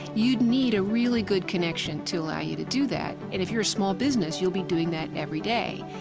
you'd need a really good connection to allow you to do that. and if you're small business you'll be doing that every day.